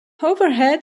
overhead